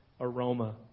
aroma